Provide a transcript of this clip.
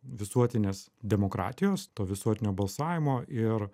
visuotinės demokratijos to visuotinio balsavimo ir